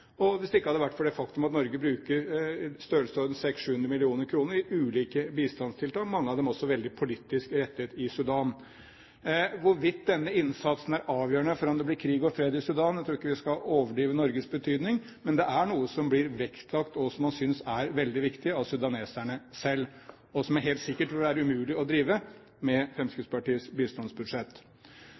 og hvis ikke det hadde vært for det faktum at Norge bruker i størrelsesordenen 600–700 mill. kr til ulike bistandstiltak, mange av dem også veldig politisk rettet i Sudan. Hvorvidt denne innsatsen er avgjørende for om det blir krig og fred i Sudan – jeg tror ikke vi skal overdrive Norges betydning, men det er noe som blir vektlagt, og som sudaneserne selv synes er veldig viktig, og som det helt sikkert ville være umulig å drive med Fremskrittspartiets bistandsbudsjett.